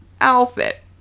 outfit